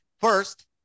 First